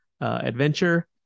adventure